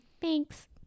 Thanks